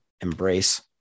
Embrace